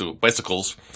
bicycles